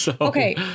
Okay